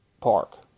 park